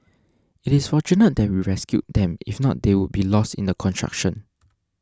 it is fortunate that we rescued them if not they would be lost in the construction